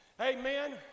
Amen